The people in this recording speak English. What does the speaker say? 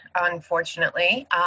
unfortunately